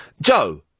Joe